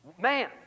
Man